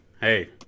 Hey